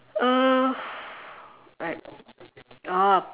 uh I oh